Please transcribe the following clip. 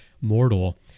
mortal